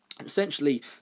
essentially